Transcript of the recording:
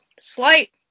Slight